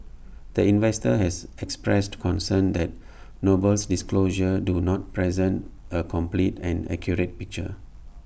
the investor has expressed concerns that Noble's disclosures do not present A complete and accurate picture